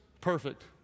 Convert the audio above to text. perfect